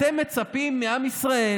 אתם מצפים מעם ישראל